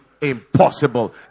impossible